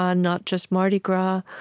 ah not just mardi gras.